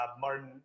martin